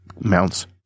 mounts